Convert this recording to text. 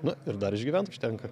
na ir dar išgyvent užtenka